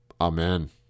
Amen